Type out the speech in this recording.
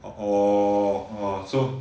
oh orh so